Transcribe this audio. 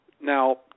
Now